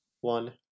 one